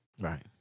Right